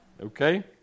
Okay